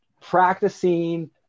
practicing